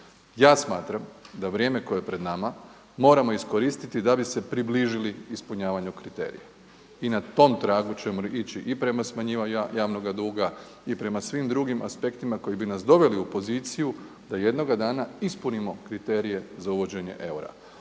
Ja smatram da vrijeme koje je pred nama moramo iskoristiti da bi se približili ispunjavanju kriterija. I na tom tragu ćemo ići i prema smanjivanju javnoga duga i prema svim aspektima koji bi nas doveli u poziciju da jednoga dana ispunimo kriterije za uvođenje eura.